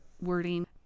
wording